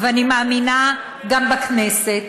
ואני מאמינה גם בכנסת,